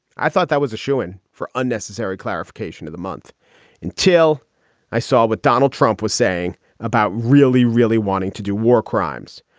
i thought that was a shoe in for unnecessary clarification of the month until i saw what donald trump was saying about really, really wanting to do war crimes.